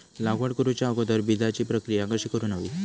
लागवड करूच्या अगोदर बिजाची प्रकिया कशी करून हवी?